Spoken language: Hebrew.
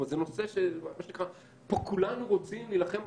זה נושא שכולנו פה רוצים להילחם,